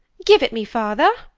give it me, father.